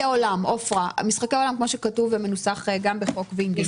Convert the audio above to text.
משחקי עולם כפי שמנוסח גם בחוק וינגייט,